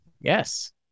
Yes